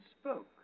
spoke